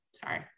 Sorry